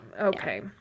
okay